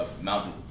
Mountain